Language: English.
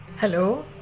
Hello